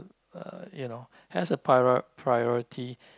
uh you know has a prior~ priority